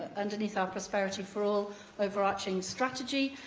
ah underneath our prosperity for all overarching strategy.